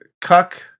Cuck